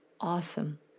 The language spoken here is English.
awesome